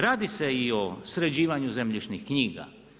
Radi se i o sređivanju zemljišnih knjiga.